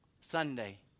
Sunday